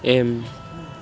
M